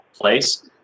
place